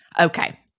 okay